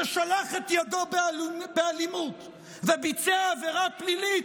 ששלח את ידו באלימות וביצע עבירה פלילית,